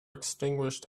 extinguished